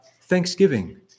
Thanksgiving